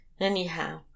Anyhow